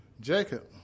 Jacob